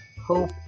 hope